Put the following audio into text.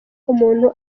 umuntu